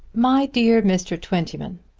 my dear mr. twentyman,